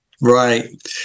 Right